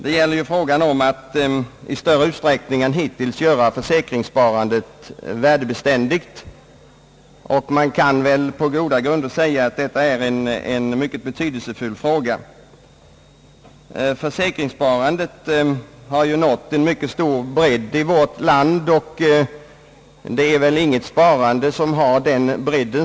Det gäller här frågan om att i större utsträckning än hittills göra försäkringssparandet värdebeständigt, och jag anser att man på goda grunder kan säga att den frågan är mycket betydelsefull. Försäkringssparandet har ju nått stor bredd i vårt land. Jag skulle tro att inget annat sparande har den omfattningen.